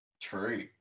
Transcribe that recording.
True